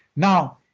now,